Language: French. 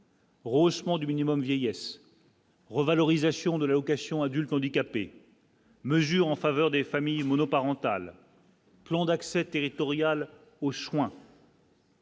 Rehaussement du minimum vieillesse, revalorisation de la location adultes handicapés. Mesures en faveur des familles monoparentales. Plan d'accès territoriale aux soins.